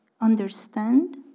understand